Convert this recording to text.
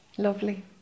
Lovely